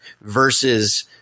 versus